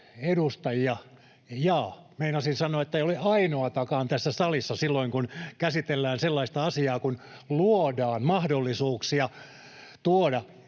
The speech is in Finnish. saliin] — Jaa, meinasin sanoa, että ei ole ainoatakaan tässä salissa silloin, kun käsitellään sellaista asiaa, kun luodaan mahdollisuuksia tuoda